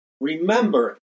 Remember